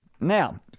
Now